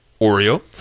Oreo